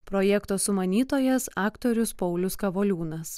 projekto sumanytojas aktorius paulius kavoliūnas